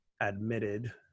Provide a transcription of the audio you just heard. admitted